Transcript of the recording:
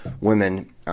women